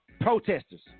Protesters